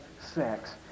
sex